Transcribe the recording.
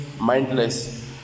mindless